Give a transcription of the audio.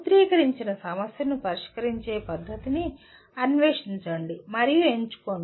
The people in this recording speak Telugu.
సూత్రీకరించిన సమస్యను పరిష్కరించే పద్ధతిని అన్వేషించండి మరియు ఎంచుకోండి